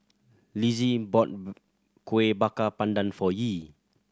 Lizzie bought Kueh Bakar Pandan for Yee